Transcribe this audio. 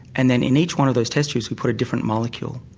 and then in each one of those test tubes we put a different molecule.